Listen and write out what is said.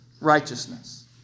righteousness